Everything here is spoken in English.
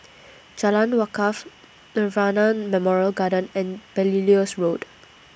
Jalan Wakaff Nirvana Memorial Garden and Belilios Road